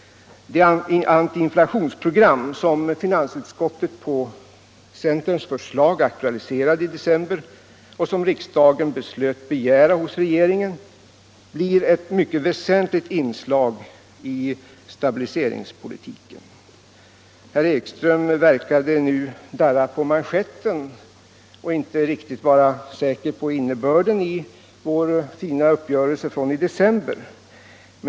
Det antiinfla tionsprogram som finansutskottet på centerns förslag aktualiserade i december och som riksdagen beslöt begära hos regeringen blir ett mycket väsentligt inslag i stabiliseringspolitiken. Herr Ekström verkade nu darra på manschetten och inte vara riktigt säker på innebörden i vår fina uppgörelse från december.